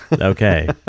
Okay